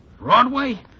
Broadway